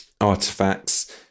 artifacts